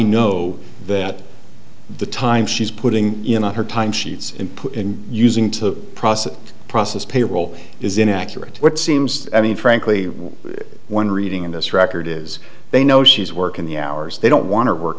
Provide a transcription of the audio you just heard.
know that the time she's putting in of her time sheets and put in using to process process payroll is inaccurate it seems i mean frankly one reading in this record is they know she's working the hours they don't want to work